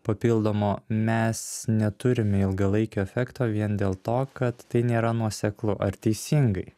papildomo mes neturime ilgalaikio efekto vien dėl to kad tai nėra nuoseklu ar teisingai